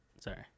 Sorry